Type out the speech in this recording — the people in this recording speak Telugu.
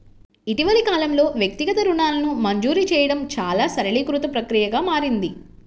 ఇటీవలి కాలంలో, వ్యక్తిగత రుణాలను మంజూరు చేయడం చాలా సరళీకృత ప్రక్రియగా మారింది